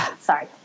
Sorry